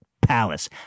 palace